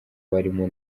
barimo